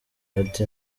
ati